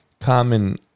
common